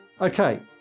Okay